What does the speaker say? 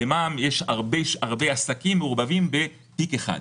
ובמע"מ יש הרבה עסקים שמעורבבים בתיק אחד.